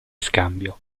scambio